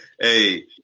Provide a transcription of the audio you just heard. Hey